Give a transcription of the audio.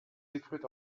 siegfried